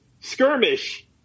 skirmish